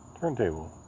turntable